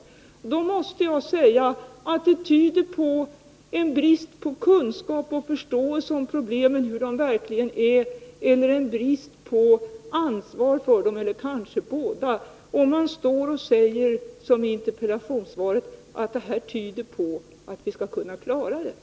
Jag måste säga att det tyder på en brist på kunskap om och förståelse för hur problemen verkligen är eller en brist på ansvar för dem, eller kanske bådadera, om man säger som det står i interpellationssvaret, att detta tyder på att vi skall kunna klara det.